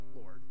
Lord